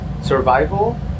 survival